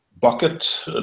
bucket